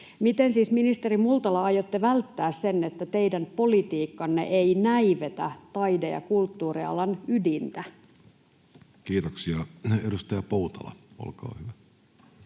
Miten siis, ministeri Multala, aiotte välttää sen, että teidän politiikkanne ei näivetä taide- ja kulttuurialan ydintä? Kiitoksia. — Edustaja Poutala, olkaa hyvä.